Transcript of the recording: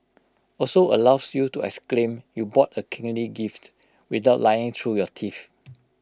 also allows you to exclaim you bought A kingly gift without lying through your teeth